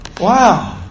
wow